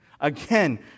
Again